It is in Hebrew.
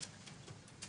למשפחות ולילדים.